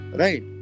right